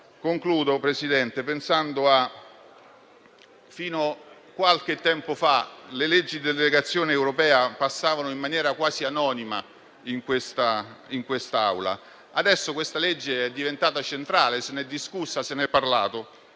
Concludo, signor Presidente. Fino a qualche tempo fa le leggi di delegazione europea passavano in maniera quasi anonima in quest'Aula. Adesso questa legge è diventata centrale e se n'è discusso anche grazie